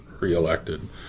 reelected